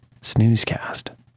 snoozecast